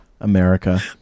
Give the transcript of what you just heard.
America